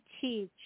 teach